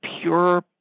pure